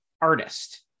artist